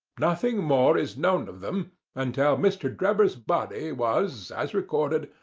nothing more is known of them until mr. drebber's body was, as recorded,